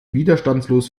widerstandslos